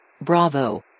Bravo